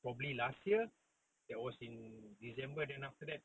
probably last year that was in december then after that